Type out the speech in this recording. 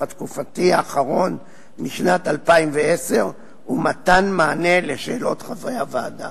התקופתי האחרון משנת 2010 ומתן מענה על שאלות חברי הוועדה.